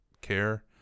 care